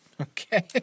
Okay